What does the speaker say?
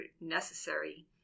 necessary